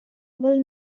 will